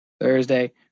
Thursday